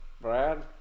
Brad